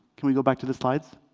can we go back to the slides?